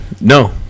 No